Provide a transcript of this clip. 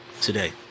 Today